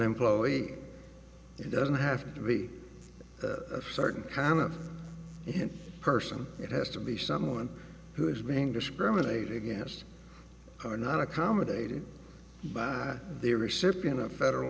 employee doesn't have to be a certain kind of person it has to be someone who is being discriminated against or not accommodated by the reception of federal